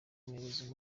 umuyobozi